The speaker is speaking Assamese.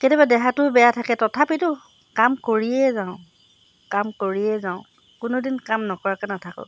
কেতিয়াবা দেহাটোও বেয়া থাকে তথাপিতো কাম কৰিয়েই যাওঁ কাম কৰিয়েই যাওঁ কোনোদিন কাম নকৰাকৈ নাথাকোঁ